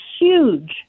huge